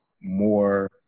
more